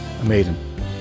Amazing